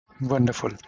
Wonderful